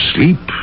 Sleep